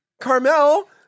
Carmel